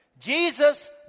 Jesus